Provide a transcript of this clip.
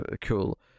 cool